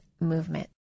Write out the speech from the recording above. movement